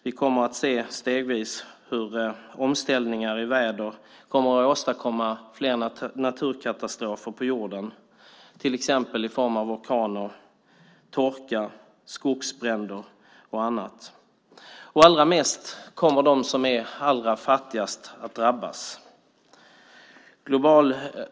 Vi kommer stegvis att se hur omställningar i väder åstadkommer fler naturkatastrofer på jorden, till exempel i form av orkaner, torka och skogsbränder. Allra mest kommer de som är allra fattigast att drabbas.